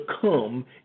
come